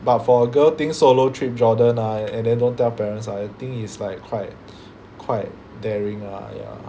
but for a girl thing solo trip Jordan ah and then don't tell parents ah I think it's like quite quite daring ah ya